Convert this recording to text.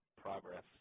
progress